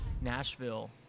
Nashville